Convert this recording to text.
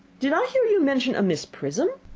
did i hear you mention a miss prism?